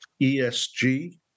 ESG